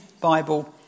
Bible